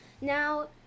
now